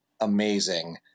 amazing